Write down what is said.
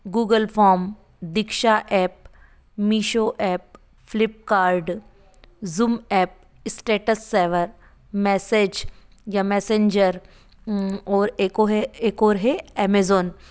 Google form Diksha app Meesho app Flipkart Zoom app status saver message या Messenger और एको है एक और है अमेज़ों